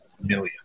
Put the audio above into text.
million